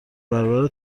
برابر